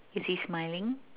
is he smiling